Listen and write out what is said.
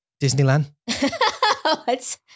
Disneyland